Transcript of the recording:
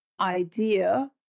idea